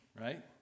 right